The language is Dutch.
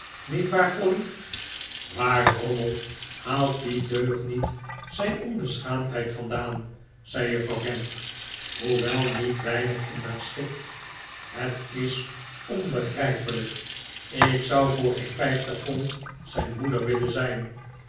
niet waar polly waar drommel haalt die deugniet zijn onbeschaamdheid vandaan zei juffrouw gamp hoewel niet weinig in haar schik het is onbegrijpelijk ik zou voor geen vijftig pond zijn moeder willen zijn